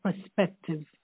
perspective